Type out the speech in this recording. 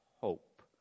hope